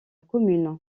commune